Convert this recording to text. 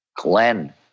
Glenn